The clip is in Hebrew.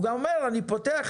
הוא אומר שאני פותח,